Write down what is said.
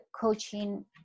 coaching